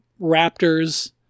raptors